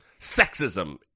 sexism